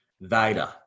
vader